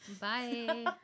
bye